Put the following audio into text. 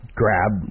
grab